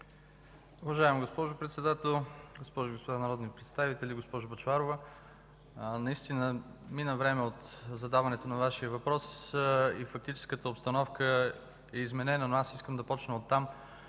Уважаема госпожо Председател, госпожи и господа народни представители! Госпожо Бъчварова, наистина мина време от задаването на Вашия въпрос и фактическата обстановка е изменена, но аз искам да почна оттам,